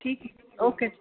ਠੀਕ ਓਕੇ